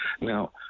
Now